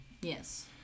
Yes